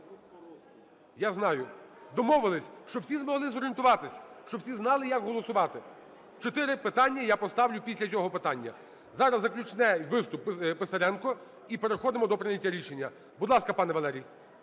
Я знаю. Домовились? Щоб всі змогли зорієнтуватися, щоб всі знали, як голосувати. Чотири питання я поставлю після цього питання. Зараз заключний виступ – Писаренко, і переходимо до прийняття рішення. Будь ласка, пане Валерій.